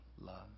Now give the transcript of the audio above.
love